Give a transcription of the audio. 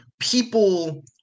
people